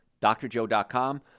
drjoe.com